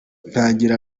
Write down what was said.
ntangira